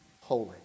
holy